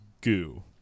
goo